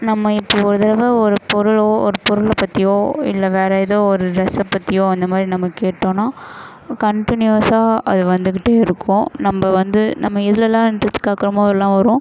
நம்ம இப்போ ஒரு தடவை ஒரு பொருளோ ஒரு பொருளை பற்றியோ இல்லை வேறு ஏதோ ஒரு ட்ரெஸ்ஸை பற்றியோ அந்த மாதிரி நம்ம கேட்டோம்னா கண்டினியூயஸாக அது வந்துக்கிட்டே இருக்கும் நம்ப வந்து நம்ம எதுலெலாம் இண்ட்ரெஸ்ட் கேட்குறமோ அதெலாம் வரும்